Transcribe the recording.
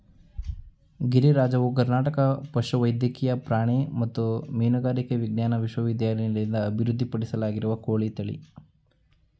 ಗಿರಿರಾಜವು ಕರ್ನಾಟಕ ಪಶುವೈದ್ಯಕೀಯ ಪ್ರಾಣಿ ಮತ್ತು ಮೀನುಗಾರಿಕೆ ವಿಜ್ಞಾನ ವಿಶ್ವವಿದ್ಯಾಲಯದಿಂದ ಅಭಿವೃದ್ಧಿಪಡಿಸಲಾದ ಕೋಳಿ ತಳಿ